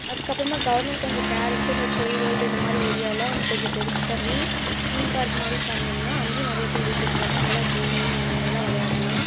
அதுக்கப்புறமா கவர்மெண்ட் கொஞ்சம் கேர் எடுத்து இந்த சில் வேர்ல்ட் இந்த மாதிரி ஏரியாவில் இன்னும் கொஞ்சம் பெருசு பண்ணி தீம் பார்க் மாதிரி பண்ணிணோம்னா அங்கேயும் நிறையா பேர் விசிட் பண்ணி நல்லா கேமிங் அந்த மாதிரி எல்லாம் விளையாடலாம்